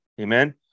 Amen